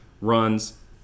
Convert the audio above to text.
runs